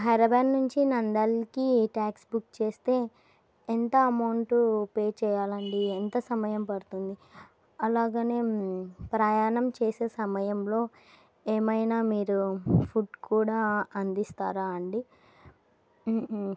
హైదరాబాదు నుండి నంద్యాలకి taxi book చేస్తే ఎంత అమౌంటు పే చెయ్యాలండి ఎంత సమయం పడుతుంది అలాగే ప్రయాణం చేసే సమయంలో ఏమైనా మీరు ఫుడ్ కూడా అందిస్తారా అండి